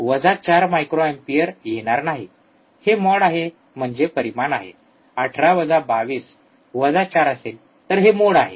हे माॅड आहे म्हणजे परिमाण आहे जर १८ वजा २२ वजा ४ असेल तर हे मोड आहे